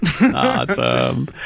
Awesome